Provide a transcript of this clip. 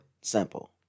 simple